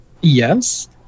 Yes